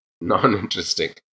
non-interesting